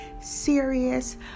serious